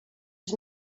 was